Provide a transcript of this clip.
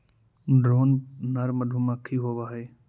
drone नर मधुमक्खी होवअ हई